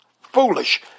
foolish